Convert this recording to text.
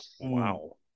Wow